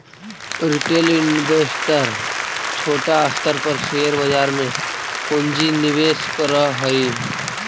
retail investor छोटा स्तर पर शेयर बाजार में पूंजी निवेश करऽ हई